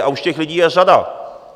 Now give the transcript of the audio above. A už těch lidí je řada.